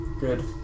Good